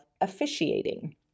officiating